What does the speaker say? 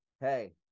hey